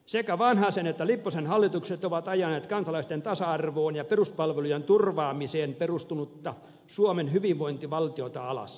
sekä vanhasen että lipposen hallitukset ovat ajaneet kansalaisten tasa arvoon ja peruspalvelujen turvaamiseen perustunutta suomen hyvinvointivaltiota alas